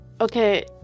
okay